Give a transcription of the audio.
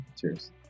Cheers